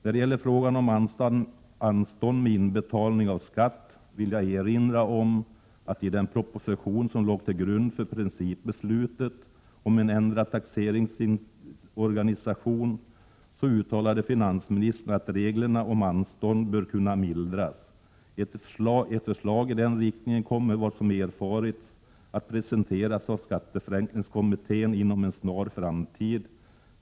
När det gäller frågan om anstånd med inbetalning av skatt vill jag erinra om att i den proposition som låg till grund för principbeslutet om en ändrad taxeringsorganisation uttalade finansministern att reglerna om anstånd bör kunna mildras. Ett förslag i den riktningen kommer enligt vad som erfarits att presenteras av skatteförenklingskommittén inom en snar framtid.